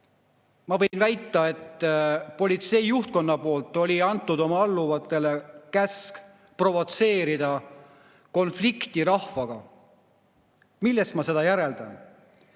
ma võin väita, et politsei juhtkond oli andnud oma alluvatele käsu provotseerida konflikti rahvaga. Millest ma seda järeldan?